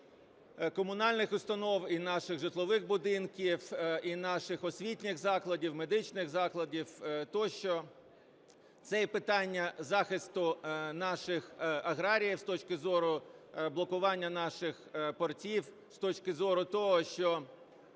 комунальних установ, і наших житлових будинків, і наших освітніх закладів, медичних закладів, тощо. Це і питання захисту наших аграріїв, з точки зору блокування наших портів, з точки зору ціни на